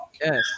yes